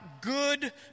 good